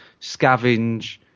scavenge